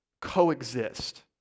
coexist